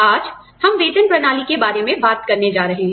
आज हम वेतन प्रणाली के बारे में बात करने जा रहे हैं